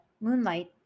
moonlight